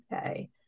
Okay